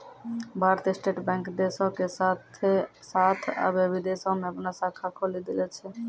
भारतीय state bank देशो के साथे साथ अबै विदेशो मे अपनो शाखा खोलि देले छै